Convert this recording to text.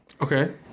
Okay